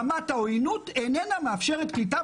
רמת העוינות איננה מאפשרת קליטה,